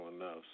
enough